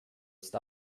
ist